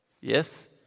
Yes